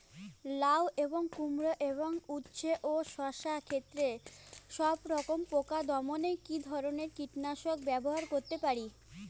লাউ এবং কুমড়ো এবং উচ্ছে ও শসা ক্ষেতে সবরকম পোকা দমনে কী ধরনের কীটনাশক ব্যবহার করতে পারি?